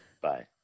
Bye